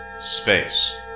Space